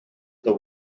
the